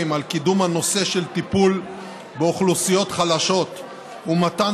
על קידום הנושא של טיפול באוכלוסיות חלשות ומתן